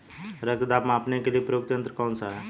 रक्त दाब मापने के लिए प्रयुक्त यंत्र कौन सा है?